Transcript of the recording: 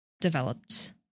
developed